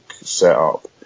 setup